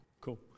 cool